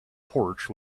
porch